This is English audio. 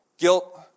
Guilt